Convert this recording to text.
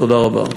תודה רבה.